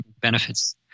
benefits